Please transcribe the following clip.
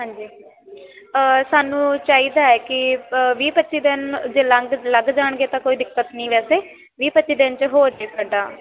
ਹਾਂਜੀ ਸਾਨੂੰ ਚਾਹੀਦਾ ਹੈ ਕਿ ਵੀਹ ਪੱਚੀ ਦਿਨ ਜੇ ਲੰਘ ਲੱਗ ਜਾਣਗੇ ਤਾਂ ਕੋਈ ਦਿੱਕਤ ਨਹੀਂ ਵੈਸੇ ਵੀਹ ਪੱਚੀ ਦਿਨ 'ਚ ਹੋ ਜਾਵੇ ਸਾਡਾ